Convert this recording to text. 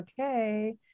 okay